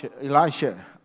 Elisha